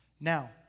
Now